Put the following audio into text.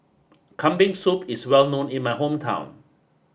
Kambing Soup is well known in my hometown